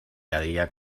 daría